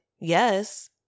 yes